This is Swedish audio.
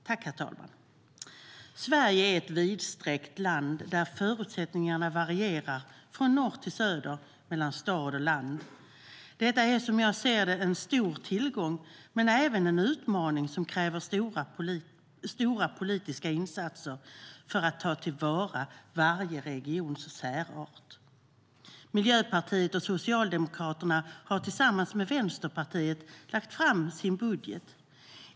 Herr talman! Sverige är ett vidsträckt land där förutsättningarna varierar från norr till söder och mellan stad och land. Detta är som jag ser det en stor tillgång men även en utmaning som kräver stora politiska insatser för att ta till vara varje regions särart. Miljöpartiet och Socialdemokraterna har tillsammans med Vänsterpartiet lagt fram sin budget.